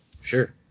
Sure